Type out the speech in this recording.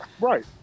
Right